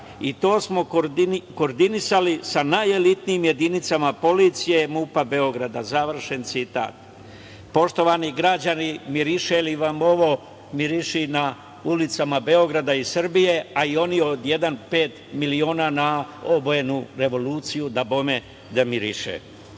i to smo koordinisali sa najelitnijim jedinicama policije MUP-a Beograda“, završen citat. Poštovani građani, miriše li vam ovo, miriše na ulicama Beograda i Srbije, a i oni „Jedan od pet miliona“ na obojenu revoluciju? Dabome da miriše. Posle